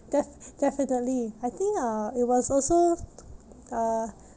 def~ definitely I think uh it was also uh